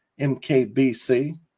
MKBC